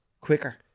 quicker